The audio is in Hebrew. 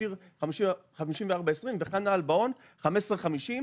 שיר 54.20 וחנה אלאבהון 15.50,